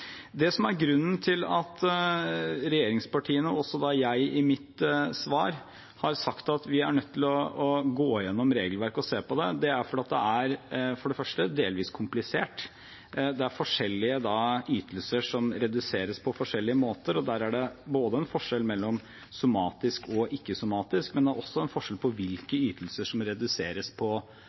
Det som er grunnen til at regjeringspartiene og også jeg i mitt svar har sagt at vi er nødt til å gå gjennom regelverket og se på det, er at det for det første er delvis komplisert – det er forskjellige ytelser som reduseres på forskjellige måter, og der er det en forskjell mellom somatisk og ikke-somatisk – men det er også en forskjell på hvilke ytelser som reduseres også i somatisk. Det er også slik at det er forskjell på